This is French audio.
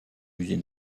musées